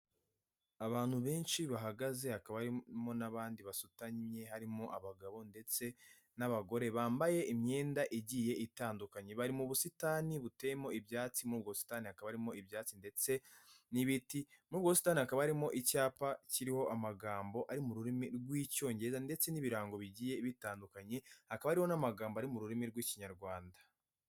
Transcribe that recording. Abantu benshi bahagaze hakaba harimo n'abandi basutanye. Harimo abagabo ndetse n'abagore bambaye imyenda igiye itandukanye. Bari mu busitani buteyemo ibyatsi. Muri ubwo busitani hakabamo ibyatsi ndetse n'ibiti. Muri ubwo busitani hakaba harimo icyapa kiriho amagambo ari mu rurimi rw'Icyongereza ndetse n'ibirango bigiye bitandukanye. Hakaba hariho n'amagambo ari mu rurimi rw'Ikinyarwanda.